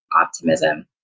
optimism